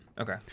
okay